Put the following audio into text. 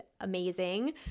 amazing